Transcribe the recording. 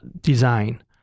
design